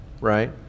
right